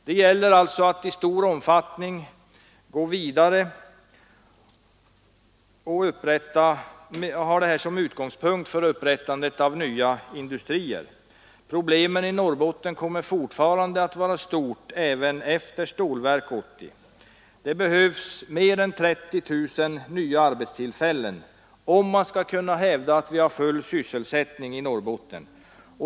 Det gäller alltså att i stor omfattning gå vidare och betrakta produktionen vid stålverket som en utgångspunkt för upprättandet av nya industrier. Problemen i Norrbotten kommer fortfarande att vara stora även efter tillkomsten av Stålverk 80. Det behövs mer än 30 000 nya arbetstillfällen för att man skall kunna hävda att vi har full sysselsättning i Norrbotten.